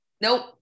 nope